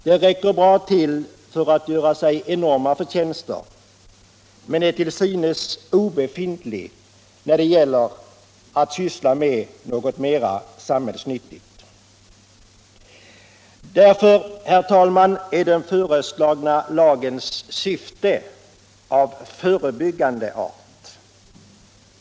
Den räcker bra till för att vederbörande skall göra enorma förtjänster men är till synes obefintlig när det gäller att syssla med något mera samhällsnyttigt. Därför, herr talman, är den föreslagna lagens syfte av förebyggande art.